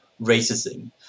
racism